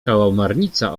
kałamarnica